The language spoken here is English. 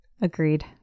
Agreed